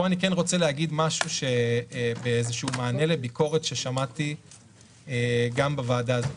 פה אני רוצה להגיד משהו במענה לביקורת ששמעתי גם בוועדה הזאת.